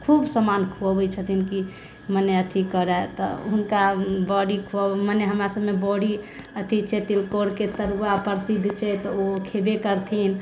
खूब समान खुअबै छथिन कि मने अथि करे तऽ हुनका बड़ी खुआ मने हमरा सभमे बड़ी अथि छै तिलकोर के तरुआ प्रसिद्ध छै तऽ ओ खेबे करथिन